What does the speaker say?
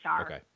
Okay